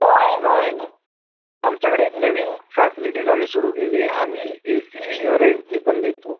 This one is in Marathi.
हो आहे ना आहे ना आमच्याकडे एक नवीन फॅसलिटीज आम्ही सुरू केली आहे आम्ही ए सी रेंटने पण देतो